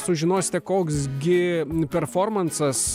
sužinosite koks gi performansas